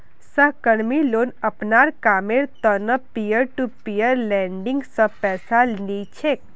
सहकर्मी लोग अपनार कामेर त न पीयर टू पीयर लेंडिंग स पैसा ली छेक